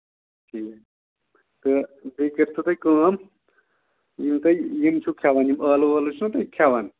ٹھیٖک تہٕ بیٚیہِ کٔرۍتو تُہۍ کٲم یِم تۄہہِ یِم چھُو کھٮ۪وان یِم ٲلوٕ وٲلوٕ چھُو نہ تُہۍ کھٮ۪وان